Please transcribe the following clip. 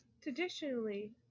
Traditionally